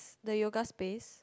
the yoga space